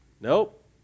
Nope